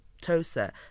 Tosa